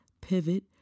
pivot